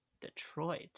Detroit